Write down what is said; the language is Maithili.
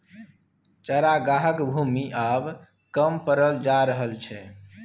चरागाहक भूमि आब कम पड़ल जा रहल छै